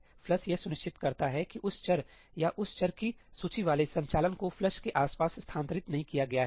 'flush' यह सुनिश्चित करता है कि उस चर या उस चर की सूची वाले संचालन को फ्लश के आसपास स्थानांतरित नहीं किया गया है